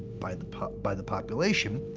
by the by the population,